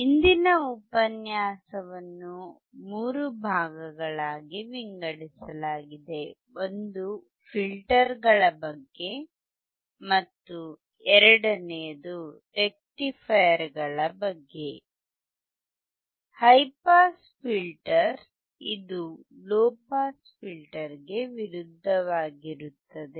ಇಂದಿನ ಉಪನ್ಯಾಸವನ್ನು 3 ಭಾಗಗಳಾಗಿ ವಿಂಗಡಿಸಲಾಗಿದೆ ಒಂದು ಫಿಲ್ಟರ್ಗಳ ಬಗ್ಗೆ ಮತ್ತು ಎರಡನೆಯದು ರಿಕ್ಟಿಫೈಯರ್ಗಳ ಬಗ್ಗೆ ಹೈ ಪಾಸ್ ಫಿಲ್ಟರ್ ಇದು ಲೊ ಪಾಸ್ ಫಿಲ್ಟರ್low pass filterಗೆ ವಿರುದ್ಧವಾಗಿರುತ್ತದೆ